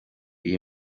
iyi